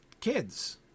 kids